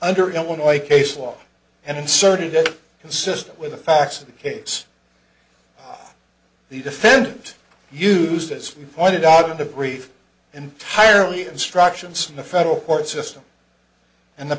under illinois case law and inserted it consistent with the facts of the case the defendant used as we pointed out in the brief entirely instructions from the federal court system and the